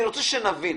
אני רוצה שנבין,